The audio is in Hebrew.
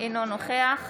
אינו משתתף